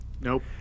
Nope